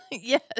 Yes